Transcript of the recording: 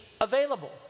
available